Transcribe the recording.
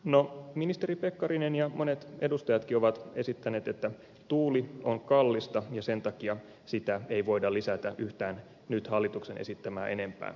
no ministeri pekkarinen ja monet edustajatkin ovat esittäneet että tuuli on kallista ja sen takia sitä ei voida lisätä yhtään nyt hallituksen esittämää enempää